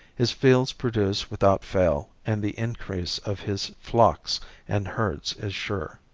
his fields produce without fail and the increase of his flocks and herds is sure.